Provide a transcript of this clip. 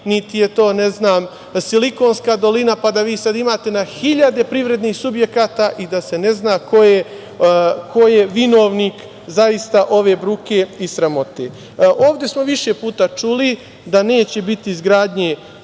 niti je to, ne znam, Silikonska dolina, pa da vi sad imate na hiljade privrednih subjekata i da se ne zna ko je vinovnik zaista ove bruke i sramote. Ovde smo više puta čuli da neće biti izgradnje